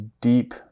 deep